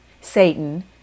Satan